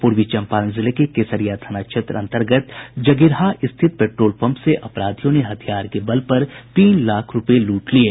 पूर्वी चम्पारण जिले के केसरिया थाना क्षेत्र अन्तर्गत जगीरहा स्थित पेट्रोल पम्प से अपराधियों ने हथियार के बल पर तीन लाख रूपये लूट लिये